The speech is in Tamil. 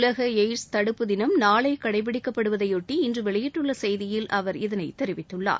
உலக எய்ட்ஸ் தடுப்பு தினம் நாளை கடைபிடிக்கப்படுவதைபொட்டி இன்று வெளியிட்டுள்ள செய்தியில் அவர் இதனை தெரிவித்துள்ளார்